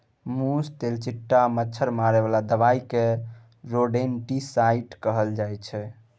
मुस, तेलचट्टा, मच्छर मारे बला दबाइ केँ रोडेन्टिसाइड कहल जाइ छै